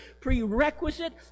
Prerequisite